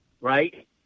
Right